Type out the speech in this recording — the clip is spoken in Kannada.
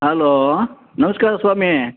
ಹಲೋ ನಮಸ್ಕಾರ ಸ್ವಾಮಿ